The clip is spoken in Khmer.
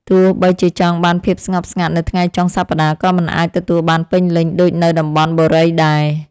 ទោះបីជាចង់បានភាពស្ងប់ស្ងាត់នៅថ្ងៃចុងសប្តាហ៍ក៏មិនអាចទទួលបានពេញលេញដូចនៅតំបន់បុរីដែរ។